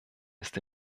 ist